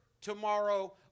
tomorrow